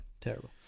terrible